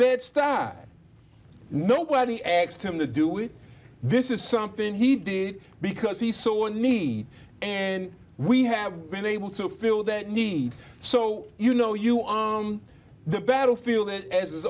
bed stat nobody asked him to do it this is something he did because he saw a need and we have been able to fill that need so you know you on the battlefield and as